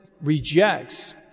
rejects